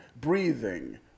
breathing